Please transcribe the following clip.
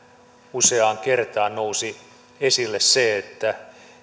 useaan kertaan nousi esille se että